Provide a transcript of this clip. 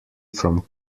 from